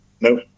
No